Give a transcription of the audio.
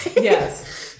yes